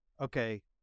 okay